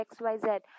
xyz